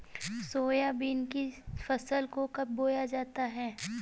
Soybean की फसल को कब बोया जाता है?